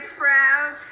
proud